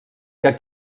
que